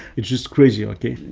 it's just crazy, ok?